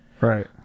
Right